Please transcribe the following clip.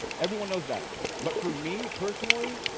everyone knows that but for me personally,